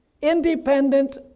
independent